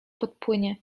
podpłynie